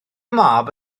mab